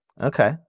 Okay